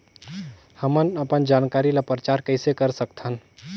हमन अपन जानकारी ल प्रचार कइसे कर सकथन?